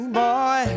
boy